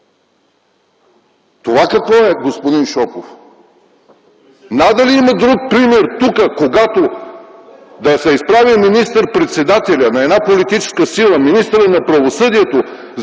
Това какво е, господин Шопов? Надали има друг пример тук, когато да се изправи министър-председателят на една политическа сила, министърът на правосъдието